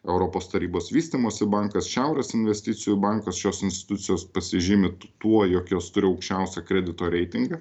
europos tarybos vystymosi bankas šiaurės investicijų bankas šios institucijos pasižymi tuo jog jos turi aukščiausią kredito reitingą